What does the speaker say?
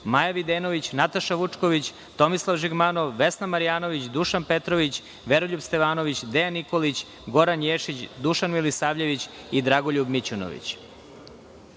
Maja Videnović, Nataša Vučković, Tomislav Žigmanov, Vesna Marjanović, Dušan Petrović, Veroljub Stevanović, Dejan Nikolić, Goran Ješić, Dušan Milisavljević i Dragoljub Mićunović. Reč